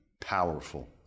powerful